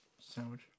sandwich